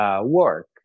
Work